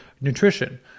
nutrition